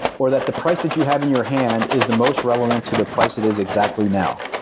or that the price that you have in your hand is the most relevant to the price it is exactly now?